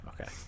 Okay